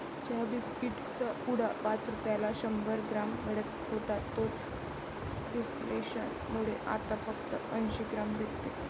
ज्या बिस्कीट चा पुडा पाच रुपयाला शंभर ग्राम मिळत होता तोच इंफ्लेसन मुळे आता फक्त अंसी ग्राम भेटते